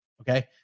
Okay